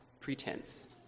pretense